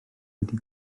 wedi